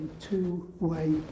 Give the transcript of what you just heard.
two-way